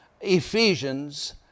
Ephesians